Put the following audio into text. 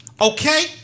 Okay